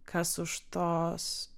kas už tos